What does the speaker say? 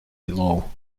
below